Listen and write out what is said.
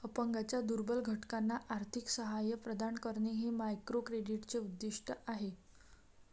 अपंगांच्या दुर्बल घटकांना आर्थिक सहाय्य प्रदान करणे हे मायक्रोक्रेडिटचे उद्दिष्ट आहे